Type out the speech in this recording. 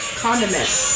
condiments